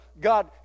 God